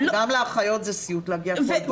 וגם לאחיות זה סיוט להגיע כל בוקר.